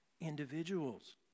individuals